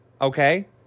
Okay